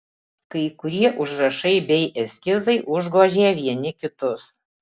kai kurie užrašai bei eskizai užgožė vieni kitus